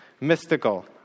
mystical